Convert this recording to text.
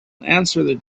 answer